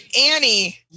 Annie